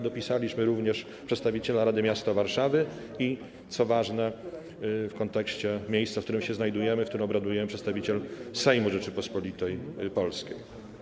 Dopisaliśmy również przedstawiciela rady miasta Warszawy i - co ważne w kontekście miejsca, w którym się znajdujemy i w którym obradujemy - przedstawiciela Sejmu Rzeczypospolitej Polskiej.